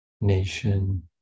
nation